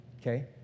okay